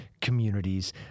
communities